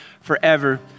forever